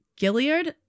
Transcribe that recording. Gilliard